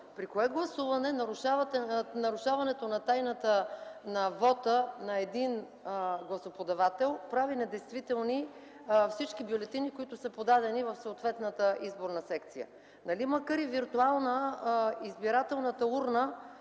При кое гласуване нарушаването на тайната на вота на един гласоподавател прави недействителни всички бюлетини, които са подадени в съответната изборна секция?! Нали макар и виртуална, избирателната урна